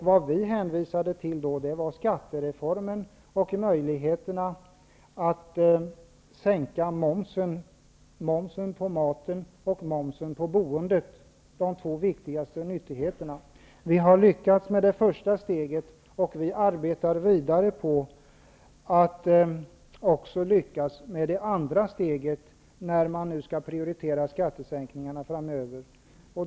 Vi hänvisade till skattereformen och möjligheterna att sänka momsen på mat och boende -- de två viktigaste nyttigheterna. Vi har lyckats med det första steget, och vi arbetar vidare för att lyckas även med det andra steget, när man framöver skall prioritera skattesänkningarna.